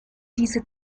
diese